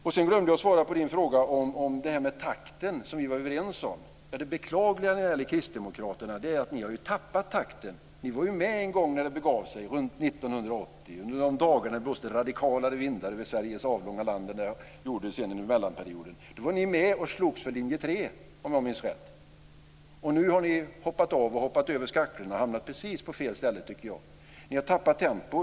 Jag glömde att svara på frågan om takten, som vi var överens om. Det beklagliga när det gäller kristdemokraterna är att ni har tappat takten. Ni var med en gång när det begav sig, runt 1980, under de dagar när det blåste radikalare vindar över Sveriges avlånga land än det gjorde under mellanperioden. Då var ni med och slogs för linje 3, om jag minns rätt. Nu har ni hoppat av och hoppat över skaklarna och hamnat på fel ställe, tycker jag. Ni har tappat tempo.